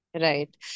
Right